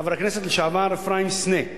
חבר הכנסת לשעבר אפרים סנה,